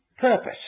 purpose